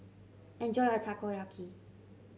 enjoy your Takoyaki